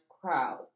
crowd